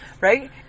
right